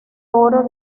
oro